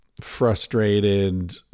frustrated